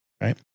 Right